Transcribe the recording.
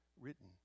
written